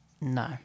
No